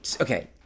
Okay